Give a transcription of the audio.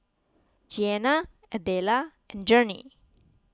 Jeana Adela and Journey